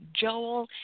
Joel